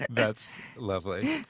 that's lovely.